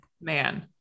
Man